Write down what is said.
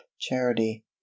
charity